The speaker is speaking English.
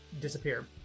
disappear